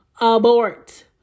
Abort